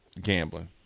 gambling